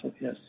yes